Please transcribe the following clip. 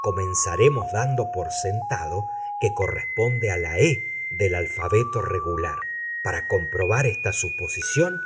comenzaremos dando por sentado que corresponde a la e del alfabeto regular para comprobar esta suposición